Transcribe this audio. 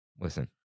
listen